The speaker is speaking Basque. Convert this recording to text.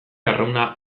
arrauna